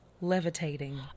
levitating